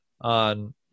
on